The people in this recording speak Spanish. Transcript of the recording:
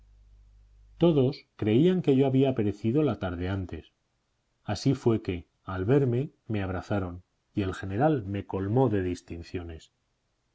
todos creían que yo había perecido la tarde antes así fue que al verme me abrazaron y el general me colmó de distinciones